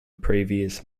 previous